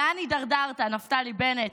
לאן הידרדרת, נפתלי בנט?